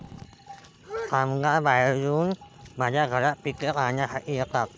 कामगार बाहेरून माझ्या घरात पिके काढण्यासाठी येतात